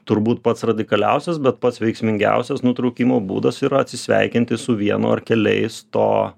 turbūt pats radikaliausias bet pats veiksmingiausias nutraukimo būdas yra atsisveikinti su vienu ar keliais to